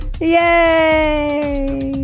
Yay